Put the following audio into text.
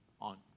on